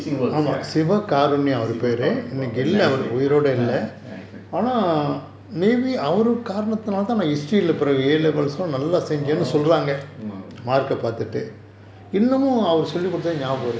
works ya sivakaarunyam !wah! very nice name orh